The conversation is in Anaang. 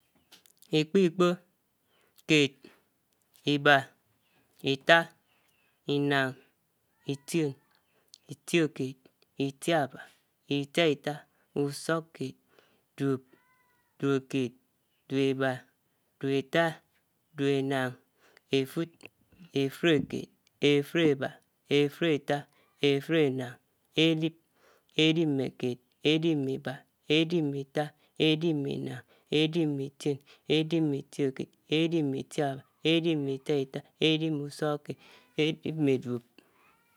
Ikpu, ikpu, kèd, ibá, itá, ináng, itíòn, itiòkèd, ítiábá, itiátá, usukkèd, duòb, duòbòkèd, duòbèdá, duòbètá, duòbènáng, èfud, èfurèkèd, èfurèbá, èfurètá, èfurènáng, èdib, èdibmèkèd, edíbemè ibá, èdibmé ètá, èdibmè náng, èbibmè ition èdibmeitiòkèd, èdibmeitiábà, èbibm’itiáità, èbudm’usukkèd èdibmè duòb.